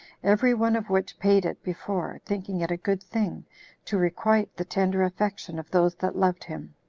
every one of which paid it before, thinking it a good thing to requite the tender affection of those that loved him.